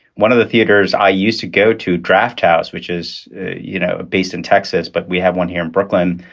one of the theaters i used to go to, drafthouse, which is you know based in texas, but we have one here in brooklyn.